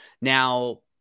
Now